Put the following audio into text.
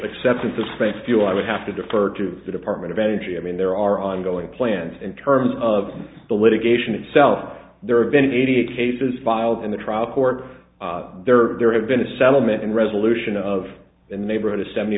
acceptance the spent fuel i would have to defer to the department of energy i mean there are ongoing plans in terms of the litigation itself there have been eighty eight cases filed in the trial court there there have been a settlement and resolution of the neighborhood of seventy